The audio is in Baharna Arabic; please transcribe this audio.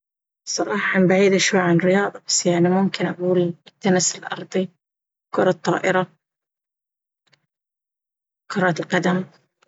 الصراحة أنا بعيدة شوي عن الرياضة بس يعني ممكن أقول التنس الأرضي، كرة الطائرة، كرة القدم.